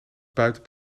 buiten